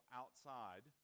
outside